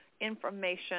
information